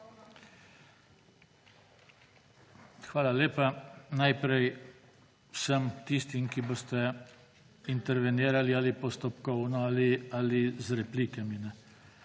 Hvala lepa. Najprej vsem tistim, ki boste intervenirali ali postopkovno ali z replikami.